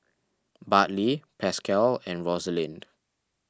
Bartley Pascal and Rosalind